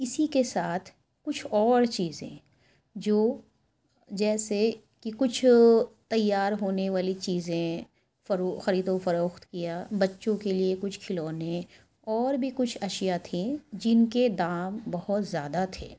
اسی کے ساتھ کچھ اور چیزیں جو جیسے کہ کچھ تیار ہونے والی چیزیں فروخ خرید و فروخت کیا بچوں کے لیے کچھ کھلونے اور بھی کچھ اشیا تھیں جن کے دام بہت زیادہ تھے